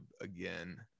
again